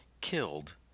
killed